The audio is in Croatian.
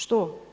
Što?